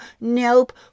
nope